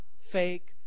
fake